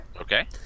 Okay